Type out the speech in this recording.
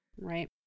Right